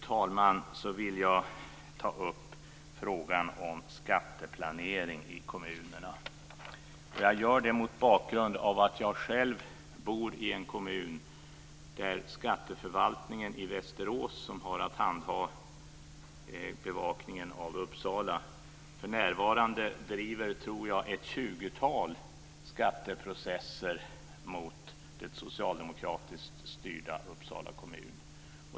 Till sist vill jag ta upp frågan om skatteplanering i kommunerna, och det gör jag mot bakgrund av att jag själv bor i en kommun där skatteförvaltningen i Västerås för närvarande driver ett tjugotal skatteprocesser mot det socialdemokratiskt styrda Uppsala kommun.